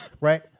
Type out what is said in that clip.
right